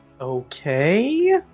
Okay